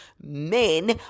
men